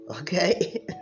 Okay